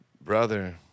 Brother